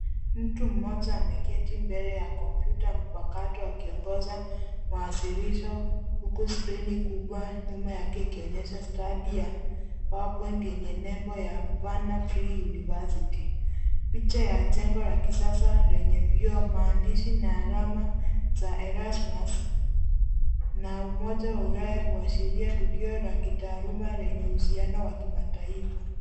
Mtu mmoja ameketi mbele ya kompyuta mpakato akiongoza mawasilisho huku skrini kubwa nyuma yake ikionyesha stadi ya powerpoint yenye nembo ya vana free university . Picha ya jengo la kisasa lenye viu ya maandishi na alama za erasmus na umoja wa ulaya huashiria tukio la kitaaaluma lenye uhusiano wa kimataifa.